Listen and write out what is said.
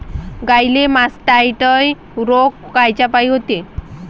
गाईले मासटायटय रोग कायच्यापाई होते?